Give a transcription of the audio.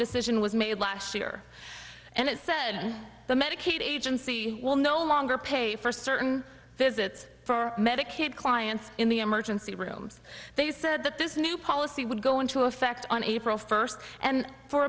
decision was made last year and it said the medicaid agency will no longer pay for certain visits for medicaid clients in the emergency rooms they said that this new policy would go into effect on april first and for